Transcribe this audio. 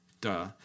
duh